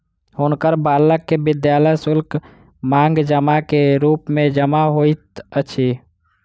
हुनकर बालक के विद्यालय शुल्क, मांग जमा के रूप मे जमा होइत अछि